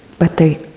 but they